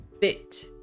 bit